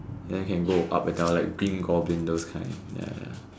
then you can go up and down like green goblin those kind ya ya